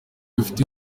bifite